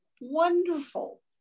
wonderful